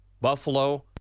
Buffalo